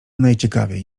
najciekawiej